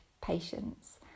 patience